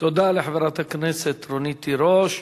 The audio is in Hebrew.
תודה לחברת הכנסת רונית תירוש.